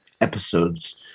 episodes